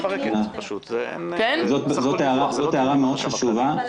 זאת הערה חשובה מאוד.